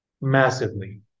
massively